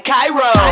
Cairo